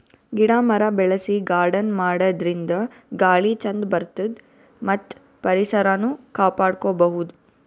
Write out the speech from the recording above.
ಗಿಡ ಮರ ಬೆಳಸಿ ಗಾರ್ಡನ್ ಮಾಡದ್ರಿನ್ದ ಗಾಳಿ ಚಂದ್ ಬರ್ತದ್ ಮತ್ತ್ ಪರಿಸರನು ಕಾಪಾಡ್ಕೊಬಹುದ್